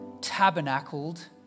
tabernacled